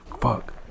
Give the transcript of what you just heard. Fuck